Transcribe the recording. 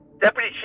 Deputy